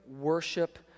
worship